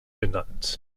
genannt